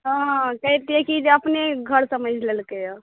हॅं कहितियै कि जे अपने घर समझि लेलकै